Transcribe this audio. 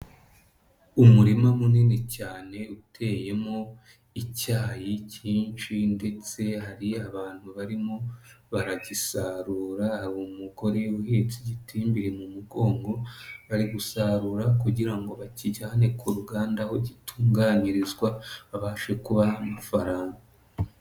Umurima munini cyane uteyemo icyayi cyinshi ndetse hari abantu barimo baragisarura, hari umugore uhetse igitimbiri mu mugongo, bari gusarura kugira ngo bakijyane ku ruganda aho utunganiyirizwa babashe kubaha amafaranga.